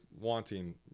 wanting